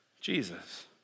Jesus